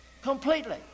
completely